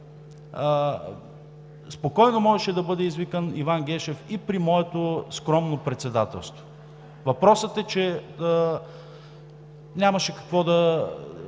Спокойно можеше да бъде извикан Иван Гешев и при моето скромно председателство. Въпросът е, че самият той каза,